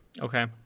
Okay